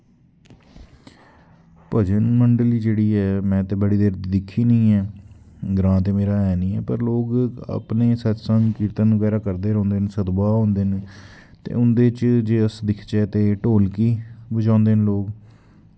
भजन मंडली ऐ जेह्ड़ी में ते बड़ी देर दी दिक्खी नी ऐ ग्रांऽ ते मेरै है नी पर अपने सतसंग कीर्तन करदे रौंह्दे न सतवाह् होंजे न ते उंदै च अस दिखचै ते ढोलकी बज़ांदे न लोग